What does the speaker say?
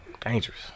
Dangerous